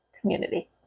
community